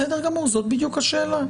אז בסדר גמור זאת בדיוק השאלה,